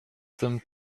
them